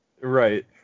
Right